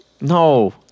No